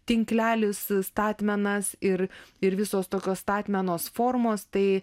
tinklelis statmenas ir ir visos tokios statmenos formos tai